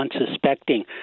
unsuspecting